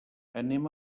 anem